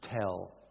tell